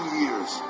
years